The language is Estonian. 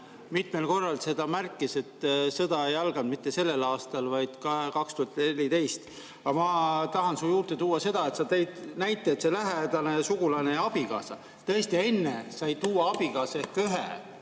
mitmel korral märkis, et sõda ei alanud mitte sellel aastal, vaid 2014. Aga ma tahan siia juurde tuua seda, et sa tõid näite, et see lähedane sugulane ja abikaasa. Tõesti, enne sai tuua abikaasa ehk ühe